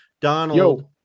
Donald